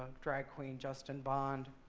drag queen justin bond.